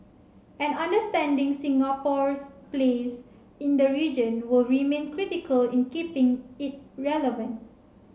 and understanding Singapore's place in the region will remain critical in keeping it relevant